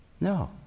No